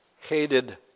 hated